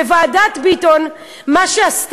וועדת ביטון, מה שהיא עשתה,